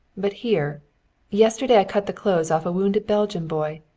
but here yesterday i cut the clothes off a wounded belgian boy.